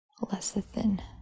lecithin